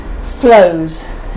flows